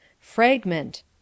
Fragment